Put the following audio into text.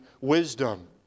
wisdom